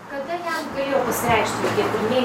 kada jam galėjo pasireikšti tie pirmieji